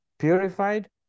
Purified